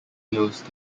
close